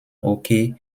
hockey